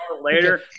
later